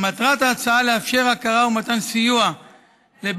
מטרת ההצעה היא לאפשר הכרה ומתן סיוע לבן